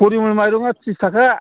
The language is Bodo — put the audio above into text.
फरिमल माइरंआ थ्रिस थाखा